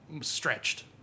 stretched